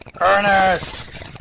Ernest